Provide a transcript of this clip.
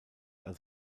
als